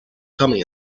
coming